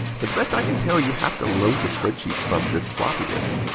but the best i can tell you have to load the spreadsheet from this floppy disk.